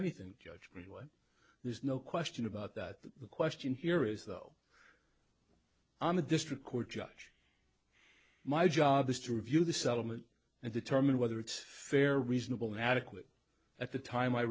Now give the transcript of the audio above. anything there's no question about that the question here is though i'm a district court judge my job is to review the settlement and determine whether it's fair or reasonable and adequate at the time i